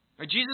Jesus